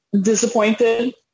disappointed